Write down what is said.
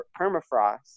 permafrost